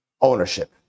Ownership